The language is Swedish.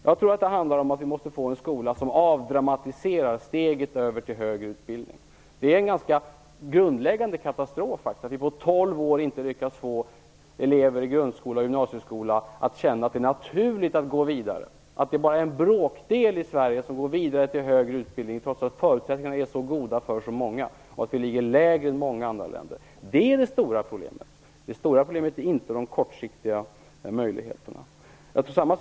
Jag tror att vi måste få en skola som avdramatiserar steget över till högre utbildning. Det är en katastrof på ett ganska grundläggande plan att vi på tolv år inte har lyckats få elever i grundskola och gymnasieskola att känna att det är naturligt att läsa vidare. Bara en bråkdel i Sverige går vidare till högre utbildning. Trots att förutsättningarna är så goda för så många är vi på en lägre nivå än många andra länder. Detta är det stora problemet. Det stora problemet är inte möjligheterna på kort sikt.